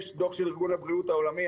יש דוח של ארגון הבריאות העולמי,